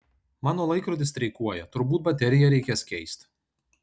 mano laikrodis streikuoja turbūt bateriją reikės keist